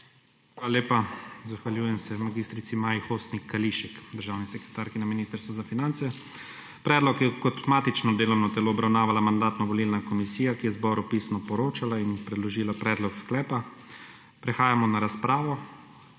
Hvala lepa. Zahvaljujem se mag. Maji Hostnik Kališek, državni sekretarki na Ministrstvu za finance. Predlog je kot matično delovno telo obravnavala Mandatno-volilna komisija, ki je zboru pisno poročala in predložila predlog sklepa. Prehajamo na razpravo.